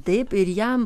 taip ir jam